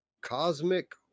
cosmic